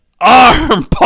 arm